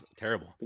Terrible